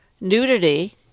nudity